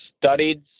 studied